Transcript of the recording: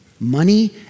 Money